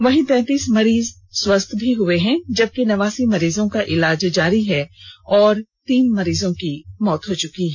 वहीं तैंतीस मरीज स्वस्थ भी हुए हैं जबकि नवासी मरीजों का इलाज जारी है और तीन मरीजों की मौत हो चुकी है